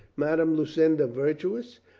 madame lucinda virtuous?